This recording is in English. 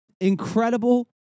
Incredible